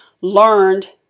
learned